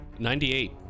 98